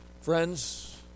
Friends